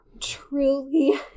truly